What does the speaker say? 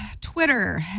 Twitter